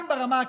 ברמה הכלכלית?